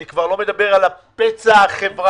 אני כבר לא מדבר על הפצע החברתי,